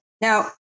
Now